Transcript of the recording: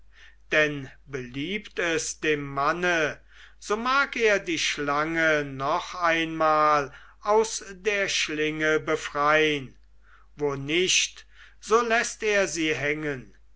denn beliebt es dem manne so mag er die schlange noch einmal aus der schlinge befrein wo nicht so läßt er sie hängen